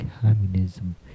communism